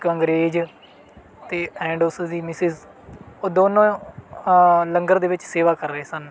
ਇੱਕ ਅੰਗਰੇਜ਼ ਅਤੇ ਐਂਡ ਉਸ ਦੀ ਮਿਸਿਜ ਉਹ ਦੋਨੋਂ ਲੰਗਰ ਦੇ ਵਿੱਚ ਸੇਵਾ ਕਰ ਰਹੇ ਸਨ